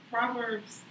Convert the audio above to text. Proverbs